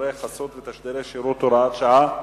(שידורי חסות ותשדירי שירות) (הוראת שעה).